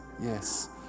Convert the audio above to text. yes